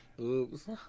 Oops